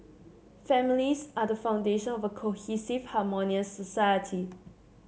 families are the foundation of a cohesive harmonious society